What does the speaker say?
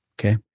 Okay